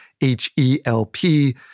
H-E-L-P